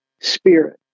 spirit